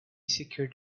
secured